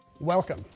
Welcome